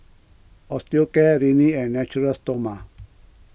Osteocare Rene and Natura Stoma